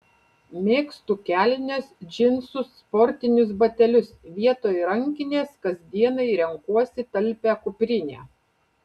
mėgstu kelnes džinsus sportinius batelius vietoj rankinės kasdienai renkuosi talpią kuprinę